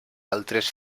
altres